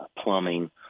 plumbing